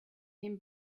him